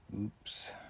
Oops